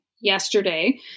yesterday